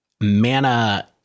mana